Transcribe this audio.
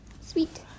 Sweet